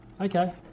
Okay